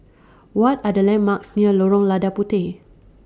What Are The landmarks near Lorong Lada Puteh